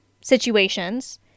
situations